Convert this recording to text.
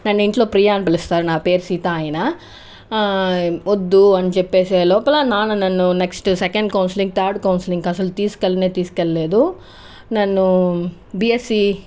నన్ను ఇంట్లో ప్రియా అని పిలుస్తారు నా పేరు సీత అయినా వద్దు అని చెప్పి లోపల నాన్న నన్ను నెక్స్ట్ సెకండ్ కౌన్సిలింగ్ థర్డ్ కౌన్సిలింగ్కి అస్సలు తీసుకు వెళ్ళనే తీసుకు వెళ్ళలేదు నన్ను బీఎస్సీ